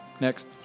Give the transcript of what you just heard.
Next